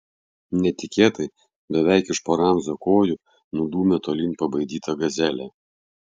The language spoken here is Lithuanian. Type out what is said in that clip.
netikėtai beveik iš po ramzio kojų nudūmė tolyn pabaidyta gazelė